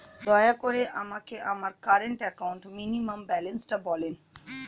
দয়া করে আমাকে আমার কারেন্ট অ্যাকাউন্ট মিনিমাম ব্যালান্সটা বলেন